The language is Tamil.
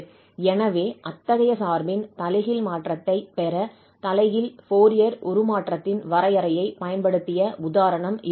எனவே அத்தகைய சார்பின் தலைகீழ் மாற்றத்தைப் பெற தலைகீழ் ஃபோரியர் உருமாற்றத்தின் வரையறையைப் பயன்படுத்திய உதாரணம் இதுவாகும்